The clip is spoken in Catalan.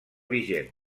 vigent